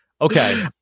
Okay